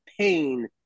pain